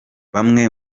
bamwe